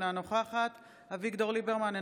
אינה נוכחת אביגדור ליברמן,